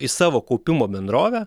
į savo kaupimo bendrovę